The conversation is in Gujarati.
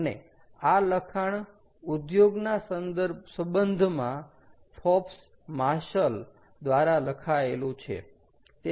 અને આ લખાણ ઉધોગના સંબંધમાં ફોર્બ્સ માર્શલ દ્વારા લખાયેલું છે